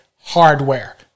hardware